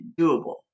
doable